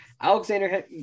Alexander